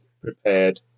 prepared